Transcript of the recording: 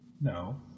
No